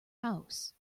house